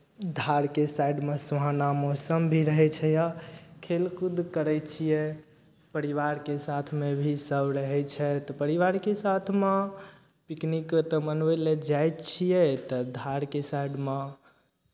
धारके साइडमे सुहाना मौसम भी रहै छै आ खेलकूद करै छियै परिवारके साथमे भी सभ रहै छथि तऽ परिवारके साथमे पिकनिक ओतय मनबय लेल जाइ छियै तऽ धारके साइडमे